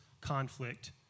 conflict